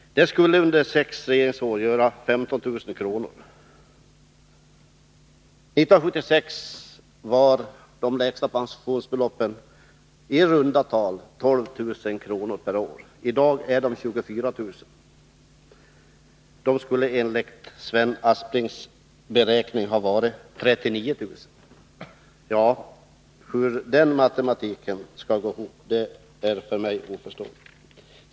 Det skulle under sex regeringsår göra 15 000 kr. År 1976 var det lägsta pensionsbeloppet i runda tal 12 000 kr. per år. I dag är det 24 000. Det skulle enligt Sven Asplings beräkning ha varit 39 000. Hur den matematiken skall gå ihop är för mig oförståeligt.